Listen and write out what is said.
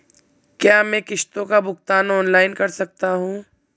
क्या मैं किश्तों का भुगतान ऑनलाइन कर सकता हूँ?